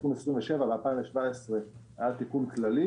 ב-2017 היה תיקון כללי.